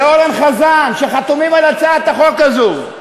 לאורן חזן, שחתומים על הצעת החוק הזאת,